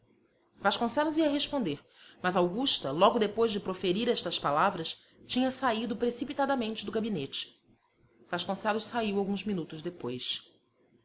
vasconcelos ia responder mas augusta logo depois de proferir estas palavras tinha saído precipitadamente do gabinete vasconcelos saiu alguns minutos depois